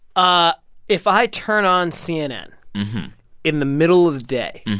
ah if i turn on cnn in the middle of the day,